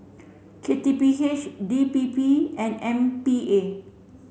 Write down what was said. K T P H D P P and M P A